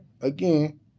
again